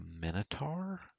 minotaur